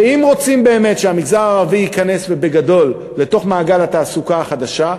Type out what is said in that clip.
ואם רוצים באמת שהמגזר הערבי ייכנס ובגדול לתוך מעגל התעסוקה החדשה,